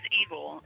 evil